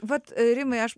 vat rimai aš